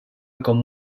com